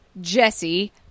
Jesse